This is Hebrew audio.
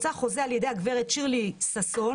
יצא חוזה על ידי הגב' שירלי ששון,